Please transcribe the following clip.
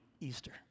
Easter